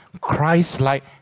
Christ-like